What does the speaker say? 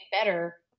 better